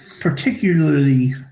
particularly